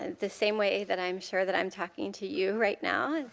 and the same way that i'm sure that i'm talking to you right now.